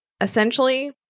essentially